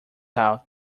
out